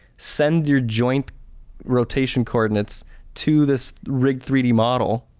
send your joint rotation coordinates to this rig three d model.